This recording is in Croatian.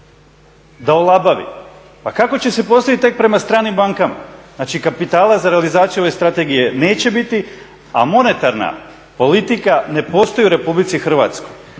Da olabavi. Pa kako će se postaviti tek prema stranim bankama? Znači, kapitala za realizaciju ove strategije neće biti, a monetarna politika ne postoji u RH.